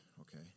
okay